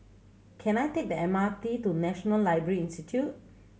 can I take the M R T to National Library Institute